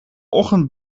ochtend